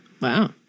Wow